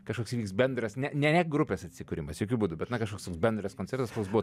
kažkoks įvyks bendras ne ne ne grupės atsikūrimas jokiu būdu bet na kažkoks bendras koncertas koks buvo